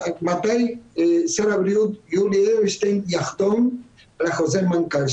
מתי שר הבריאות יולי אדלשטיין יחתום על חוזר המנכ"ל,